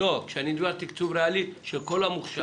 לא, חכה,